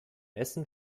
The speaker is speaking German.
essen